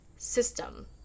system